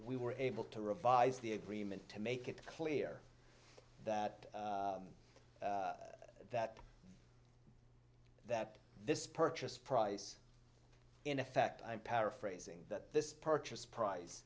we were able to revise the agreement to make it clear that that that this purchase price in effect i'm paraphrasing that this purchase price